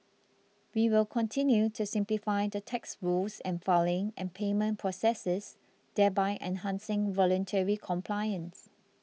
we will continue to simplify the tax rules and filing and payment processes thereby enhancing voluntary compliance